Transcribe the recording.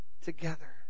together